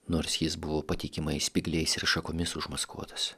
nors jis buvo patikimai spygliais ir šakomis užmaskuotas